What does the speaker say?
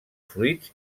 fruits